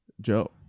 Joe